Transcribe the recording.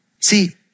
See